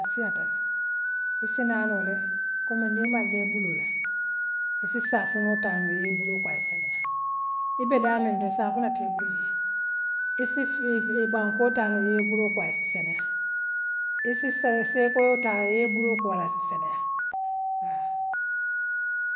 Assiyaata le issenaaroo le kommu nii imaa jee ibuluu la issi saafinoo taa noo yee buloo kuu ayee seniaa ibe daa minto saafinoo tee ibulu jee issi firifiri bankoo taa nuŋ yee buloo kuu asse seniyaa issi sareessee koyoo taale yee i buloo kuu'ala assee seniyaa haa.